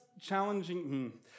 challenging